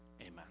Amen